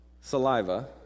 saliva